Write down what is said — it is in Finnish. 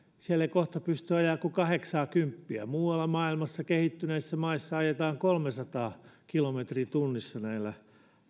siellä ei kohta pysty ajamaan kuin kahdeksaakymppiä muualla maailmassa kehittyneissä maissa ajetaan kolmesataa kilometriä tunnissa näillä